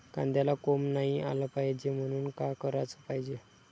कांद्याला कोंब नाई आलं पायजे म्हनून का कराच पायजे?